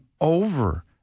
over